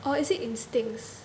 or is it instincts